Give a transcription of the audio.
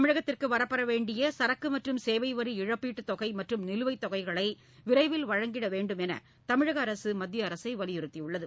தமிழகத்திற்கு வரப்பெற வேண்டிய சரக்கு மற்றும் சேவை வரி இழப்பீட்டுத் தொகை மற்றும் நிலுவைத் தொகைகளை விரைவில் வழங்கிட வேண்டுமென தமிழக அரசு மத்திய அரசை வலியுறுத்தியுள்ளது